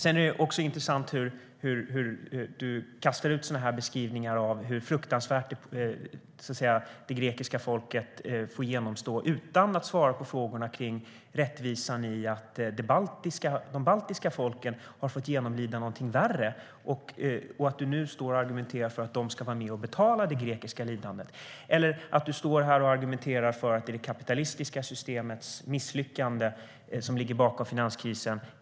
Det är även intressant hur Håkan Svenneling kastar ut beskrivningar om hur mycket det grekiska folket får utstå, utan att svara på frågorna om rättvisan i att de baltiska folken fått genomlida någonting värre. Nu står han och argumenterar för att de ska vara med och betala det grekiska lidandet och säger att det är det kapitalistiska systemets misslyckande som ligger bakom finanskrisen.